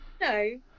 no